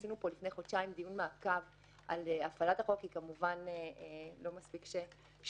עשינו פה לפני חודשיים דיון מעקב על הפעלת החוק כי כמובן שלא מספיק שזה